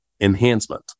enhancement